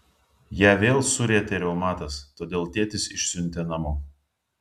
ją vėl surietė reumatas todėl tėtis išsiuntė namo